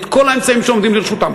את כל האמצעים שעומדים לרשותן,